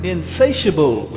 Insatiable